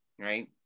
right